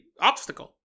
obstacle